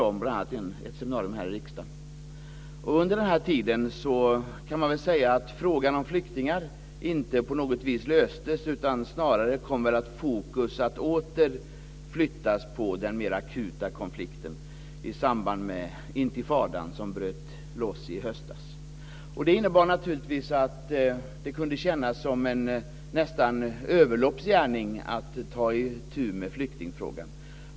Det var bl.a. ett seminarium här i riksdagen. Under denna tid kan man säga att frågan om flyktingar inte på något vis löstes, utan snarare kom fokus att åter flyttas till den mer akuta konflikten i samband med intifadan, som bröt loss i höstas. Det innebar å ena sidan naturligtvis att det kunde kännas som en överloppsgärning att ta itu med flyktingfrågan.